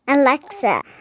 Alexa